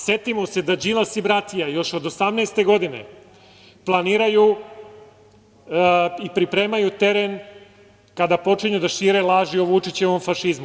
Setimo se da Đilas i bratija još od 2018. godine planiraju i pripremaju teren kada počinju da šire laži o Vučićevom fašizmu.